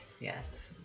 Yes